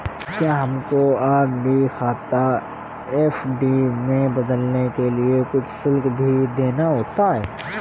क्या हमको आर.डी खाता एफ.डी में बदलने के लिए कुछ शुल्क भी देना होता है?